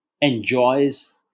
enjoys